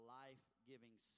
life-giving